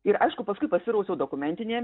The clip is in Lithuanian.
ir aišku paskui pasirausiau dokumentinėje